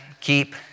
keep